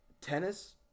Tennis